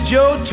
Joe